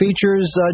features